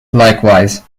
likewise